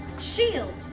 shield